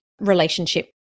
relationship